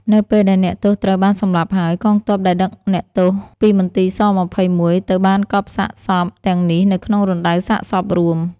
នៅពេលដែលអ្នកទោសត្រូវ បានសម្លាប់ហើយ កងទ័ពដែលដឹកអ្នកទោសពីមន្ទីរស-២១ទៅ បានកប់សាកសពទាំងនេះនៅក្នុងរណ្តៅសាកសពរួម។